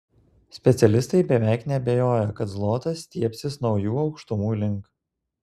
specialistai beveik neabejoja kad zlotas stiebsis naujų aukštumų link